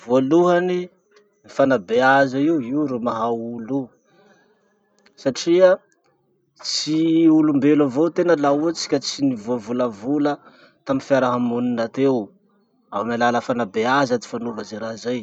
Voalohany, ny fanabeaza io io ro maha olo io satria tsy olombelo avao tena laha ohatsy ka tsy nivoavolavola tamy fiarahamony teo. Amy alala ty fanabeaza ty fanaova ze raha zay.